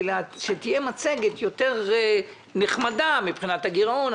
שתהיה מצגת יותר נחמדה מבחינת הגירעון,